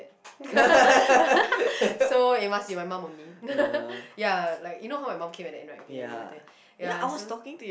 so it must be my mum only ya like you know how my mum came at the end right ya you were there ya so